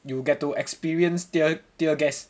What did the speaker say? you get to experience tear tear gas